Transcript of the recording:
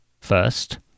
First